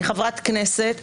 אני חברת כנסת,